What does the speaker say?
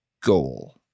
goal